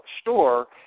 store